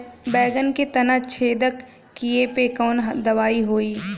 बैगन के तना छेदक कियेपे कवन दवाई होई?